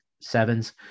sevens